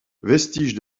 vestiges